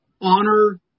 honor